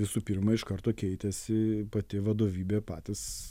visų pirma iš karto keitėsi pati vadovybė patys